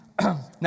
Now